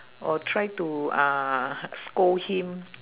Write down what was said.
or try to uh scold him